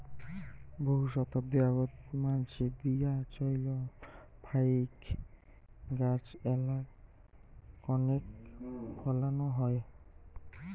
বহু শতাব্দী আগোত মানসি দিয়া চইল ফাইক গছ এ্যালা কণেক ফলানো হয়